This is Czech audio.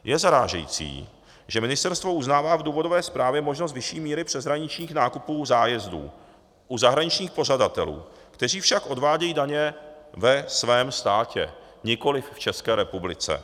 Je zarážející, že ministerstvo uznává v důvodové zprávě možnost vyšší míry přeshraničních nákupů zájezdů u zahraničních pořadatelů, kteří však odvádějí daně ve svém státě, nikoli v České republice.